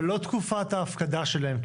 אבל לא תקופת ההפקדה שלהם,